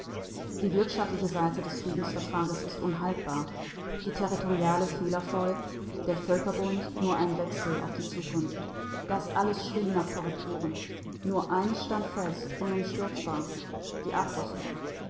die wirtschaftliche seite des friedensvertrages ist unhaltbar die territoriale fehlervoll der völkerbund nur ein wechsel auf die zukunft das alles schrie nach korrekturen nur eines stand fest unumstürzbar die abrüstung